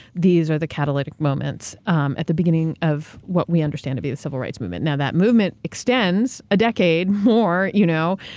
these are the catalytic moments um at the beginning of what we understand to be the civil rights movement. now that movement extends a decade more, you know,